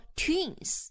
twins 。